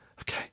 Okay